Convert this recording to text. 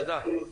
תודה.